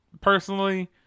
personally